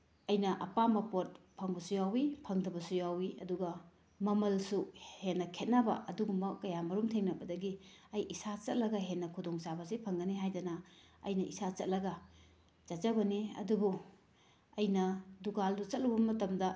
ꯑꯩꯅ ꯑꯄꯥꯝꯕ ꯄꯣꯠ ꯐꯪꯕꯁꯨ ꯌꯥꯎꯋꯤ ꯐꯪꯗꯕꯁꯨ ꯌꯥꯎꯋꯤ ꯑꯗꯨꯒ ꯃꯃꯜꯁꯨ ꯍꯦꯟꯅ ꯈꯦꯠꯅꯕ ꯑꯗꯨꯒꯨꯝꯕ ꯀꯌꯥ ꯑꯃꯔꯣꯝ ꯊꯦꯡꯅꯕꯗꯒꯤ ꯑꯩ ꯏꯁꯥ ꯆꯠꯂꯒ ꯍꯦꯟꯅ ꯈꯨꯗꯣꯡ ꯆꯥꯕꯁꯤ ꯐꯪꯒꯅꯤ ꯍꯥꯏꯗꯅ ꯑꯩꯅ ꯏꯁꯥ ꯆꯠꯂꯒ ꯆꯠꯆꯕꯅꯤ ꯑꯗꯨꯕꯨ ꯑꯩꯅ ꯗꯨꯀꯥꯜꯗꯨ ꯆꯠꯂꯨꯕ ꯃꯇꯝꯗ